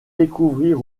découvrir